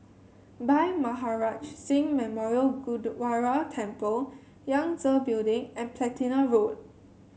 Bhai Maharaj Singh Memorial Gurdwara Temple Yangtze Building and Platina Road